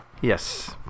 Yes